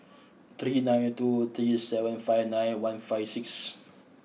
three nine two three seven five nine one five six